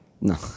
no